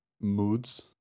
moods